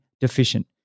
deficient